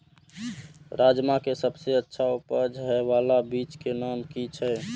राजमा के सबसे अच्छा उपज हे वाला बीज के नाम की छे?